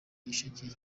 gisheke